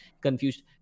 confused